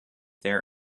their